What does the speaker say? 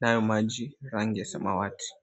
nayo maji rangi ya samawati.